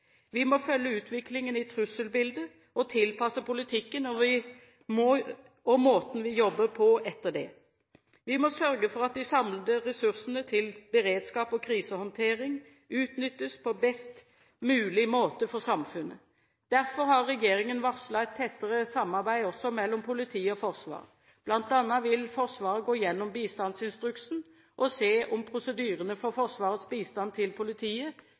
Vi må følge utviklingen i trusselbildet og tilpasse politikken og måten vi jobber på, etter det. Vi må sørge for at de samlede ressursene til beredskap og krisehåndtering utnyttes på best mulig måte for samfunnet. Derfor har regjeringen varslet et tettere samarbeid mellom politi og forsvar. Blant annet vil Forsvaret gå gjennom bistandsinstruksen og se om prosedyrene for Forsvarets bistand til politiet